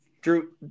drew